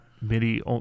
MIDI